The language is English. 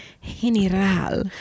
general